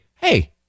hey